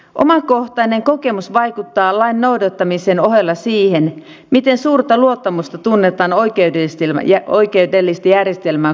omakohtainen kokemus vaikuttaa lain noudattamisen ohella siihen miten suurta luottamusta tunnetaan oikeudellista järjestelmää kohtaan